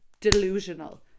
delusional